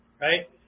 right